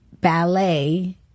ballet